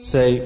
Say